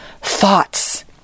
thoughts